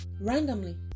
randomly